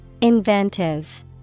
Inventive